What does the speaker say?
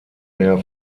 mehr